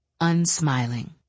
unsmiling